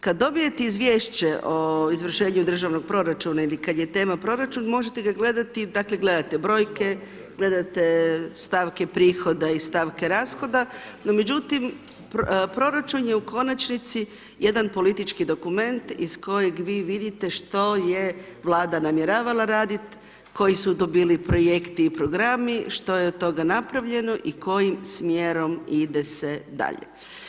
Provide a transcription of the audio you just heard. Kad dobijete izvješće o izvršenju Državnog proračuna ili kad je tema proračun možete ga gledat, dakle gledate brojke, gledate stavke prihoda i stavke rashoda no međutim proračun je u konačnici jedan politički dokument iz kojeg vi vidite što je Vlada namjeravala radit, koji su to bili projekti i programi, što je od toga napravljeno i kojim smjerom ide se dalje.